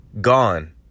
Gone